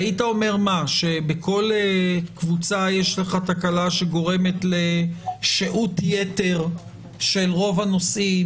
היית אומר שבכל קבוצה יש לך תקלה שגורמת לשהות יתר של רוב הנוסעים?